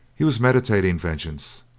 he was meditating vengeance.